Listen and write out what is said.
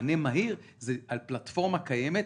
מענה מהיר זה על פלטפורמה קיימת,